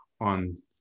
on